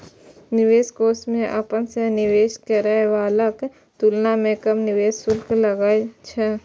निवेश कोष मे अपना सं निवेश करै बलाक तुलना मे कम निवेश शुल्क लागै छै